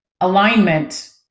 alignment